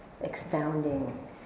expounding